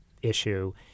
Issue